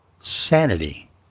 sanity